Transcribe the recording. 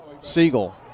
Siegel